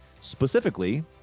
specifically